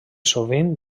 sovint